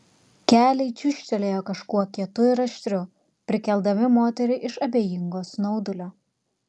keliai čiūžtelėjo kažkuo kietu ir aštriu prikeldami moterį iš abejingo snaudulio